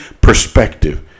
perspective